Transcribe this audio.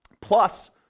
plus